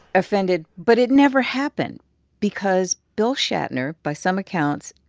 offended. but it never happened because bill shatner, by some accounts,